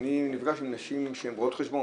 אני נפגש עם נשים שהן רואות חשבון,